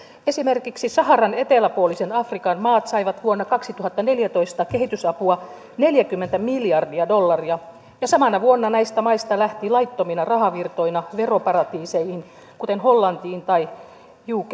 esimerkiksi saharan eteläpuolisen afrikan maat saivat vuonna kaksituhattaneljätoista kehitysapua neljäkymmentä miljardia dollaria ja samana vuonna näistä maista lähti laittomina rahavirtoina veroparatiiseihin kuten hollantiin tai